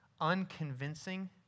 unconvincing